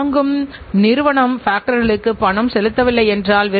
மற்ற நிறுவனத்திற்கு மாறுகிறோம்